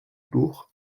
tour